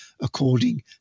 according